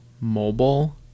Mobile